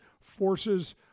Forces